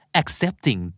accepting